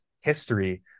history